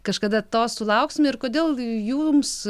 kažkada to sulauksim ir kodėl jums